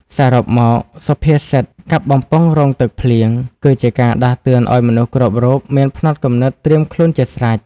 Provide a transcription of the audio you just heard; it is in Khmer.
សរុបមក សុភាសិត "កាប់បំពង់រង់ទឹកភ្លៀង" គឺជាការដាស់តឿនឱ្យមនុស្សគ្រប់រូបមានផ្នត់គំនិតត្រៀមខ្លួនជាស្រេច ។